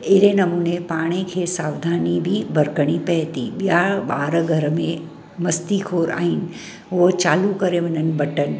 अहिड़े नमूने पाण खे सावधानी बि बरतणी पए थी ॿिया ॿार घर में मस्ती खोर आहिनि उहो चालू करे वञनि बटणु